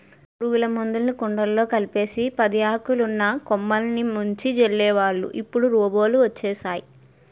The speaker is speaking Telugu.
పురుగుల మందులుని కుండలో కలిపేసి పదియాకులున్న కొమ్మలిని ముంచి జల్లేవాళ్ళు ఇప్పుడు రోబోలు వచ్చేసేయ్